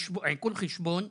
עיקול חשבון,